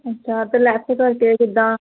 ਅੱਛਾ ਅਤੇ ਲੈੱਸ ਕਰਕੇ ਕਿੱਦਾਂ